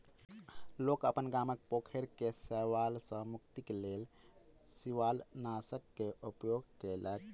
लोक अपन गामक पोखैर के शैवाल सॅ मुक्तिक लेल शिवालनाशक के उपयोग केलक